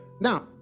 now